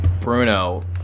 Bruno